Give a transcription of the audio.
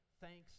thanks